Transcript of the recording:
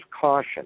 caution